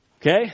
Okay